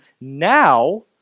now